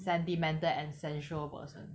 sentimental and sensual person